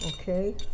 Okay